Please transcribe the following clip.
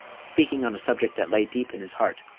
speaking on a subject that lay deep in his heart,